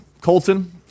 Colton